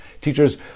teachers